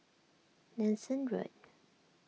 Nanson Road